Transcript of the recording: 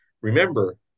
Remember